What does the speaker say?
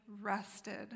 rested